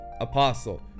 apostle